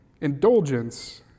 indulgence